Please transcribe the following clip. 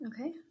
okay